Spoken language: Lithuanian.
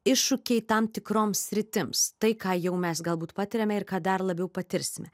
iššūkiai tam tikroms sritims tai ką jau mes galbūt patiriame ir ką dar labiau patirsime